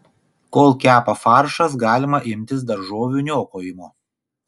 kol kepa faršas galima imtis daržovių niokojimo